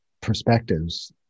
perspectives